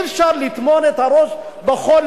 אי-אפשר לטמון את הראש בחול,